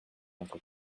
notre